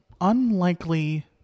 unlikely